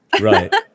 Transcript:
Right